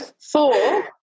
Four